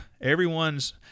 Everyone's